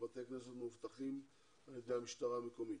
בתי הכנסת מאובטחים על ידי המשטרה המקומית.